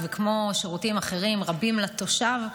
כמו שירותים אחרים ורבים שלא ניתנים לתושב,